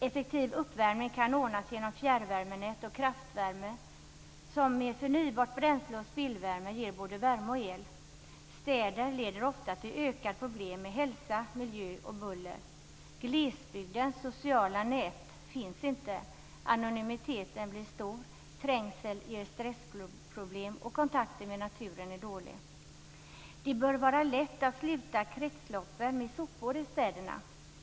Effektiv uppvärmning kan ordnas genom fjärrvärmenät och kraftvärme som med förnybart bränsle och spillvärme ger både värme och el. Städer leder ofta till ökade problem med hälsa, miljö och buller. Glesbygdens sociala nät finns inte. Anonymiteten blir stor, trängsel ger stressproblem och kontakten med naturen är dålig. Det bör vara lätt att sluta kretslopp med sopor i städerna.